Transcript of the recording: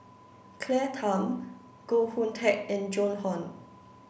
Claire Tham Koh Hoon Teck and Joan Hon